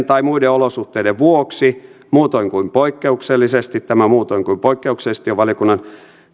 tai muiden olosuhteiden vuoksi muutoin kuin poikkeuksellisesti tämä muutoin kuin poikkeuksellisesti on valiokunnan